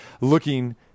looking